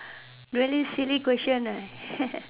really silly question ah